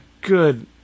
good